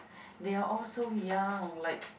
they're all so young like